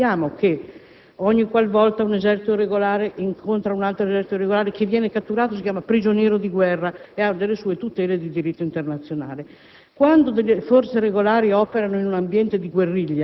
varie forme di intervento e, del resto, sappiamo che ogni qualvolta un esercito regolare ne incontra un altro, chi viene catturato si chiama prigioniero di guerra ed ha delle sue tutele di diritto internazionale.